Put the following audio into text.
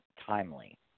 timely